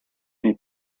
nei